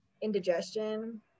Indigestion